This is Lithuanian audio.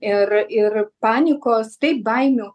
ir ir panikos taip baimių